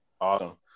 awesome